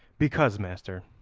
because, master,